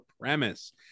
premise